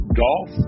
golf